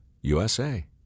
USA